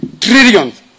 trillions